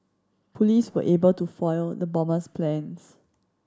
police were able to foil the bomber's plans